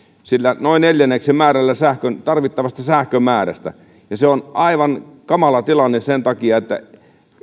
noin neljänneksen määrällä tarvittavasta sähkönmäärästä ja se on aivan kamala tilanne sen takia että